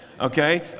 okay